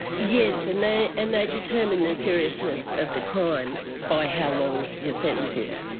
yes, and they and they determine the seriousness of the crime by how long your sentence is.